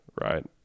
right